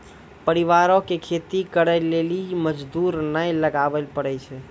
परिवारो के खेती करे लेली मजदूरी नै लगाबै पड़ै छै